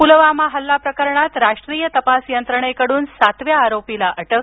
पुलवामा हल्ला प्रकरणात राष्ट्रीय तपास यंत्रणेकडून सातव्या आरोपीला अटक